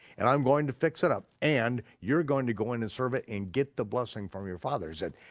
and i'm going to fix it up, and you're going to go in and serve it and get the blessing from your father. he said,